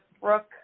Brooke